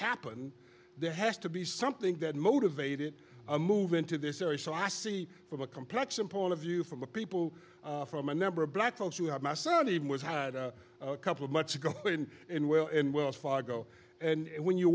happen there has to be something that motivated a move into this area so i see from a complex and point of view from the people from a number of black folks who have my son even has had a couple of months ago been in will and wells fargo and when you